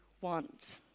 want